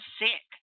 sick